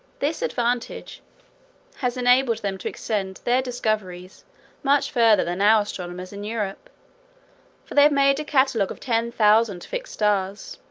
this advantage has enabled them to extend their discoveries much further than our astronomers in europe for they have made a catalogue of ten thousand fixed stars,